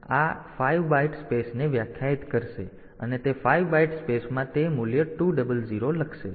તેથી આ આ 5 બાઈટ સ્પેસને વ્યાખ્યાયિત કરશે અને તે 5 બાઈટ સ્પેસમાં તે મૂલ્ય 200 લખશે